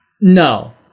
No